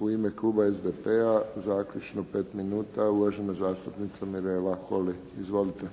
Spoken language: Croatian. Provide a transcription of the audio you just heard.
u ime kluba SDP-a zaključno 5 minuta, uvažena zastupnica Mrela Holy. Izvolite.